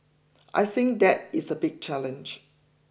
I think that is a big challenge